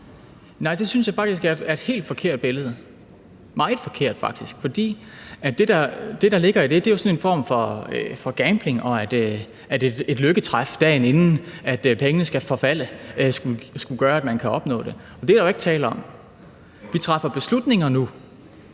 Nej, det synes jeg faktisk er et helt forkert billede, meget forkert faktisk. For det, der ligger i det, er jo sådan en form for gambling, og at et lykketræf, dagen inden pengene skal forfalde, skal gøre, at man kan opnå det, og det er der jo ikke tale om. Vi træffer beslutninger nu,